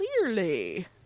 Clearly